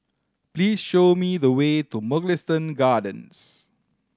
please show me the way to Mugliston Gardens